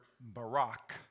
barak